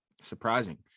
surprising